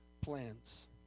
plans